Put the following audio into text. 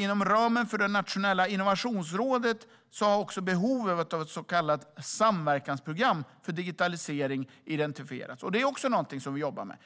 Inom ramen för det nationella Innovationsrådet har behovet av ett så kallat samverkansprogram för digitalisering identifierats. Det är också någonting som vi jobbar med.